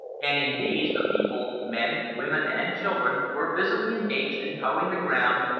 and in these the people men, women, and children were busily engaged in hoeing the ground,